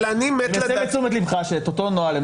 אני רק מסב את תשומת לבך שאת אותו נוהל הם